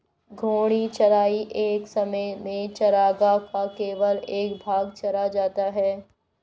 घूर्णी चराई एक समय में चरागाह का केवल एक भाग चरा जाता है